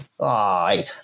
Aye